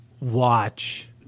watch